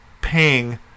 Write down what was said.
ping